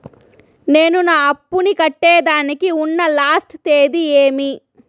నేను నా అప్పుని కట్టేదానికి ఉన్న లాస్ట్ తేది ఏమి?